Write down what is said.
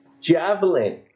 Javelin